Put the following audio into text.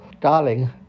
Darling